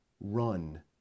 run